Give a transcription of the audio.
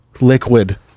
liquid